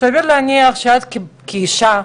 סביר להניח שאת, כאישה,